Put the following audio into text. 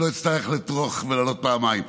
שלא אצטרך לטרוח ולעלות פעמיים.